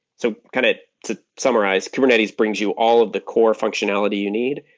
so kind of to summarize, kubernetes brings you all of the core functionality you need.